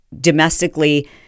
domestically